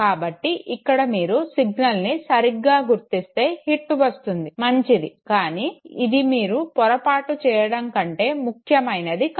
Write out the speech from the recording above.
కాబట్టి ఇక్కడ మీరు సిగ్నల్ని సరిగ్గా గుర్తిస్తే హిట్ వస్తుంది మంచిది కానీ ఇది మీరు పొరపాటు చేయడం కంటే ముఖ్యమైనది కాదు